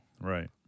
right